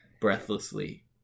breathlessly